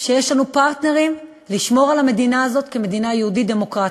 שיש לנו פרטנרים לשמור על המדינה הזאת כמדינה יהודית-דמוקרטית,